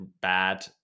bad